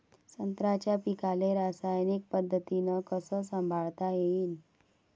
संत्र्याच्या पीकाले रासायनिक पद्धतीनं कस संभाळता येईन?